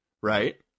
right